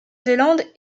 zélande